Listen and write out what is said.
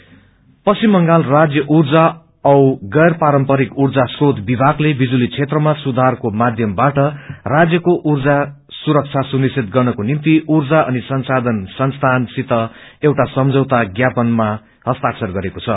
एलँजी पश्चिम बंगाल राज्य ऊर्जा औ गैर पारम्परिक ऊर्जा श्रोत विमागले विजुली क्षेत्रामा सुधारको माध्यमबाट राज्यको ऊर्जा सुरक्षा सुनिश्वित गर्नको निभ्ति ऊर्जा अनि संसायन संस्थान सित एउटा सम्झौता ज्ञापन मा हस्ताक्षर गरेको छ